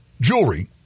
jewelry